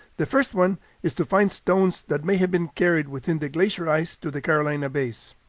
the first one is to find stones that may have been carried within the glacier ice to the carolina bays.